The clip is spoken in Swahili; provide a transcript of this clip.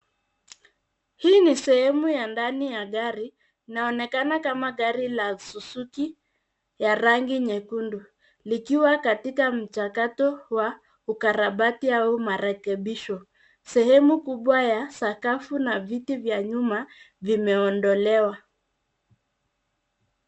Hii ni sehemu ya ndani ya gari, inaonekana kama gari la Suzuki ya rangi nyekundu likiwa katika mchakato wa ukarabati au marekebisho. Sehemu kubwa ya sakafu na viti vya nyuma vimeondolewa.